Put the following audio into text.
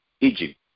Egypt